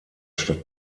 statt